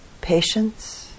patience